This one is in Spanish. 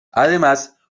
además